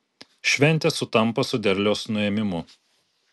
šventė sutampa su derliaus nuėmimu